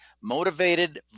motivated